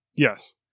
Yes